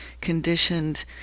conditioned